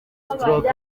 stroke